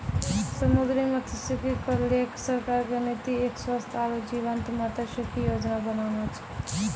समुद्री मत्सयिकी क लैकॅ सरकार के नीति एक स्वस्थ आरो जीवंत मत्सयिकी योजना बनाना छै